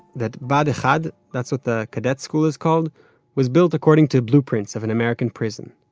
that bahad echad that's what the cadet school is called was built according to blueprints of an american prison.